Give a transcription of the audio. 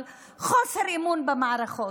על חוסר אמון במערכות.